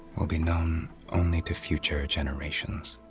will be known only to future generations.